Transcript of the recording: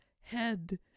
head